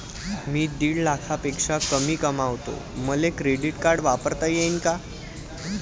मी दीड लाखापेक्षा कमी कमवतो, मले क्रेडिट कार्ड वापरता येईन का?